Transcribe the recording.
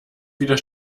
wieder